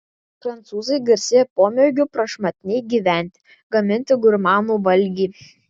prancūzai garsėja pomėgiu prašmatniai gyventi gaminti gurmanų valgį